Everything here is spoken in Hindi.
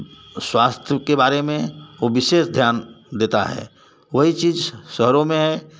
स्वास्थ्य के बारे में वो विशेष ध्यान देता है वही चीज़ शहरों में है